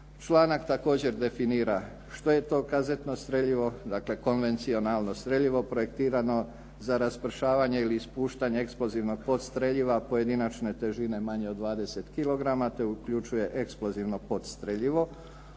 Članak također definira što je to kazetno streljivo, dakle konvencionalno streljivo projektirano za raspršavanje ili ispuštanje eksplozivnog podstreljiva pojedinačne težine manje od 20 kg, te uključuje eksplozivno podstreljivo.